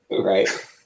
Right